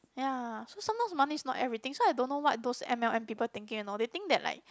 ya so sometimes money is not everything so I don't know what those M_L_M people thinking and all they think that like